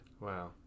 Wow